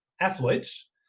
athletes